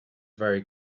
very